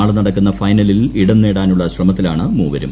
നാളെ നടക്കുന്ന ഫൈനലിൽ ഇടം നേടാനുള്ള ശ്രീമൂത്തിലാണ് മൂവരും